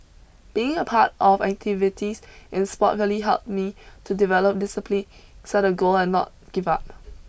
being a part of activities in sport really helped me to develop discipline set a goal and not give up